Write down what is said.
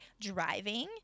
driving